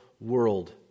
world